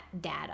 data